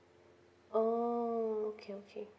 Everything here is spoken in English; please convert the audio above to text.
oh okay okay